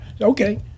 Okay